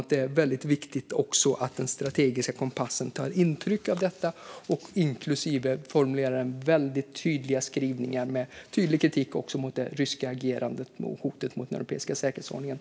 Jag tror att det viktigt att den strategiska kompassen tar intryck av detta och att det formuleras skrivningar med tydlig kritik mot det ryska agerandet och hotet mot den europeiska säkerhetsordningen.